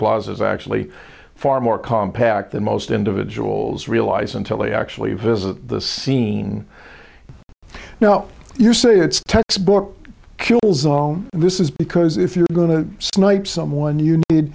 plaza is actually far more compact than most individuals realize until they actually visit the scene now you say it's kill zone this is because if you're going to snipe someone you need